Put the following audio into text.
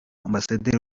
ambasaderi